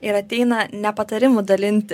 ir ateina ne patarimų dalinti